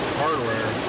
hardware